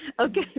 Okay